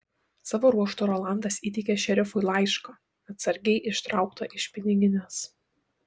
savo ruožtu rolandas įteikė šerifui laišką atsargiai ištrauktą iš piniginės